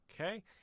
Okay